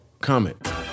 comment